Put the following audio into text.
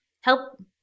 help